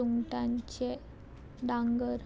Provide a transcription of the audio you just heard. सुंगटांचे डांगर